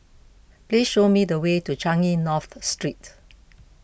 please show me the way to Changi North Street